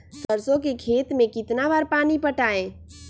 सरसों के खेत मे कितना बार पानी पटाये?